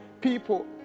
people